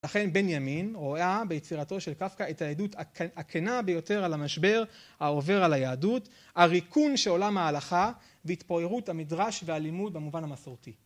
אכן בן ימין רואה ביצירתו של קפקא את העדות הכנה ביותר על המשבר העובר על היהדות, הריקון של עולם ההלכה והתפוררות המדרש והלימוד במובן המסורתי.